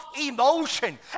emotion